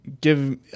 give